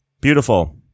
Beautiful